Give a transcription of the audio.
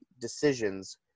decisions